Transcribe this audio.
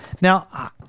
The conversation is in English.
Now